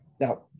Now